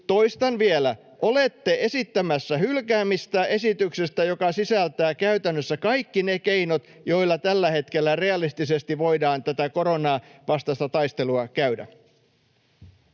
toistan vielä: olette esittämässä sellaisen esityksen hylkäämistä, joka sisältää käytännössä kaikki ne keinot, joilla tällä hetkellä realistisesti voidaan tätä koronan vastaista taistelua käydä.